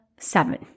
Seven